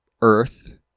Earth